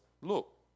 look